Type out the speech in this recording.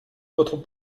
votre